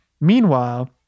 Meanwhile